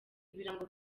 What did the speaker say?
birango